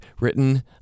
written